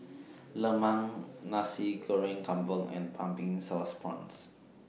Lemang Nasi Goreng Kampung and Pumpkin Sauce Prawns